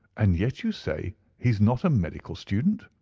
and yet you say he is not a medical student?